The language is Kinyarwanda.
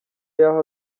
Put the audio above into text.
yaho